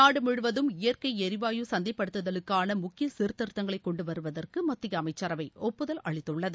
நாடு முழுவதும் இயற்கை எரிவாயு சந்தைப்படுத்துதலுக்கு முக்கிய சீர்திருத்தங்களை கொண்டு வருவதற்கு மத்திய அமைச்சரவை ஒப்புதல் அளித்துள்ளது